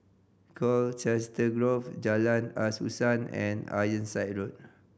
Colchester Grove Jalan Asuhan and Ironside Road